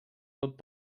tot